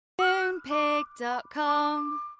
Moonpig.com